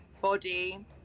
body